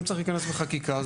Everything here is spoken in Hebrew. אם צריך להיכנס בחקיקה,